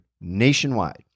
nationwide